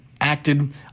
acted